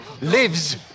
lives